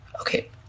Okay